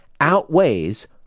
outweighs